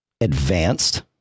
advanced